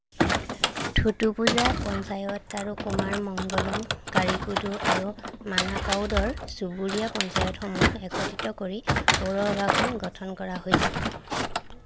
থোডুপুঝা পঞ্চায়ত আৰু কুমাৰমঙ্গলম কাৰিকোডু আৰু মানাকাউডৰ চুবুৰীয়া পঞ্চায়তসমূহ একত্ৰিত কৰি পৌৰসভাখন গঠন কৰা হৈছিল